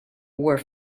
were